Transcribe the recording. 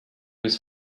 was